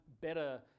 better